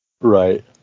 Right